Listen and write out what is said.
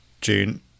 June